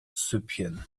süppchen